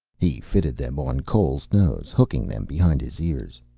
he fitted them on cole's nose, hooking them behind his ears.